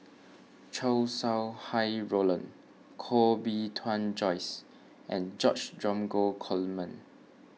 Chow Sau Hai Roland Koh Bee Tuan Joyce and George Dromgold Coleman